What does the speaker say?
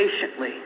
patiently